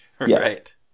Right